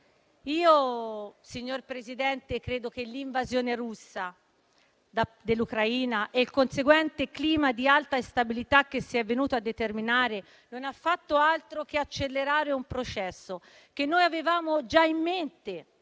Io, signor Presidente, credo che l'invasione russa dell'Ucraina e il conseguente clima di alta instabilità che si è venuto a determinare non abbiano fatto altro che accelerare un processo che noi avevamo già in mente